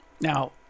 Now